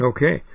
Okay